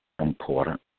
important